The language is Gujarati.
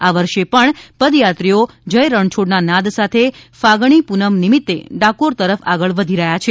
આ વર્ષે પણ પદયાત્રીઓ જય રણછોડના નાદ સાથે ફાગણી પૂનમ નિમિત્તે ડાકોર તરફ આગળ વધી રહ્યા છે